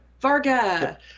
Varga